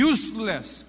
Useless